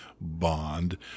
bond